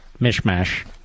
mishmash